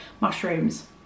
mushrooms